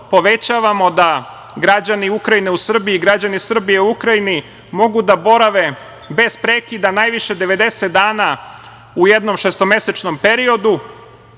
povećavamo da građani Ukrajine u Srbiji i građani Srbije u Ukrajini, mogu da borave bez prekida najviše 90 dana, u jednom šestomesečnom periodu,